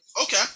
Okay